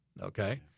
okay